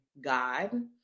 God